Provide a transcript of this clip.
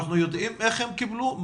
אנחנו יודעים איך הם קיבלו?